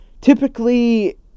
typically